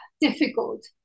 difficult